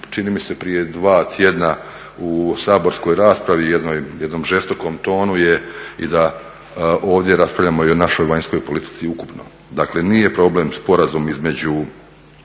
čini mi se prije dva tjedna u saborskoj raspravi, jednom žestokom tonu je i da ovdje raspravljamo i o našoj vanjskoj politici ukupno. Dakle, nije problem sporazum između,